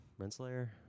Renslayer